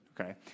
okay